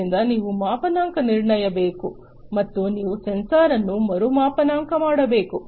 ಆದ್ದರಿಂದ ನೀವು ಮಾಪನಾಂಕ ನಿರ್ಣಯಿಸಬೇಕು ಮತ್ತು ನೀವು ಸೆನ್ಸಾರ್ ಅನ್ನು ಮರು ಮಾಪನಾಂಕ ಮಾಡಬೇಕು